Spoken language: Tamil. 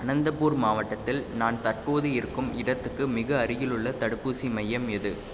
அனந்தப்பூர் மாவட்டத்தில் நான் தற்போது இருக்கும் இடத்துக்கு மிக அருகிலுள்ள தடுப்பூசி மையம் எது